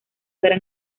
gran